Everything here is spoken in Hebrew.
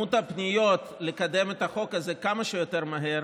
שכמות הפניות שקיבלתי לקדם את החוק הזה כמה שיותר מהר